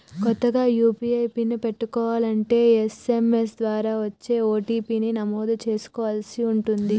కొత్తగా UPI PIN పెట్టుకోలంటే SMS ద్వారా వచ్చే ఓ.టీ.పీ ని నమోదు చేసుకోవలసి ఉంటుంది